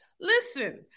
Listen